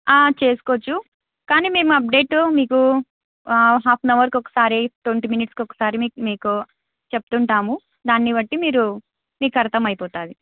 చేసుకోవచ్చు కానీ మేము అప్డేటు మీకు హాఫ్ ఆన్ అవర్కి ఒకసారి ట్వంటీ మినిట్స్కి ఒకసారి మీకు చెప్తుంటాము దాన్ని బట్టి మీరు మీకు అర్థం అయిపోతుంది